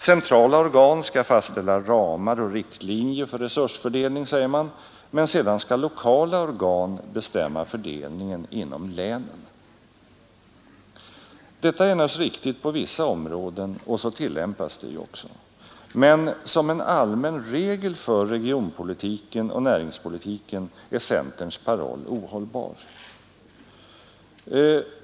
Centrala organ skall fastställa ramar och riktlinjer för resursfördelning, säger man, men sedan skall lokala organ bestämma Detta är naturligtvis riktigt på vissa områden, och så tillämpas det ju också. Men som en allmän regel för regionpolitiken och näringspolitiken är centerns paroll ohållbar.